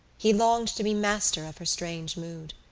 he longed to be master of her strange mood.